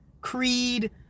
Creed